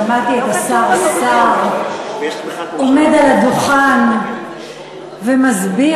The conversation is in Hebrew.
שמעתי את השר סער עומד על הדוכן ומסביר